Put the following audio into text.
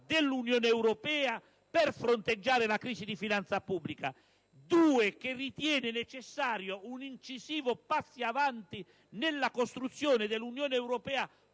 dell'Unione europea per fronteggiare la crisi di finanza pubblica, dall'altro, che riteneva necessario un incisivo passo avanti nella costruzione dell'Unione europea